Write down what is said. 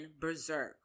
Berserk